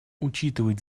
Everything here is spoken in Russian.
учитывать